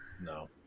no